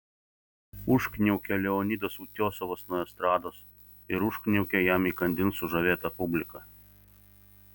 užkniaukė leonidas utiosovas nuo estrados ir užkniaukė jam įkandin sužavėta publika